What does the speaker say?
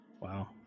Wow